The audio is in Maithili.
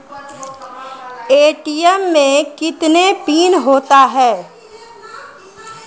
ए.टी.एम मे कितने पिन होता हैं?